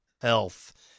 health